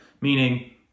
meaning